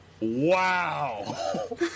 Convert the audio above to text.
Wow